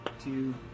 two